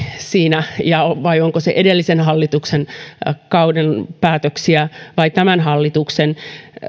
siinä varmasti onko se edellisen hallituksen kauden päätöksiä vai tämän hallituksen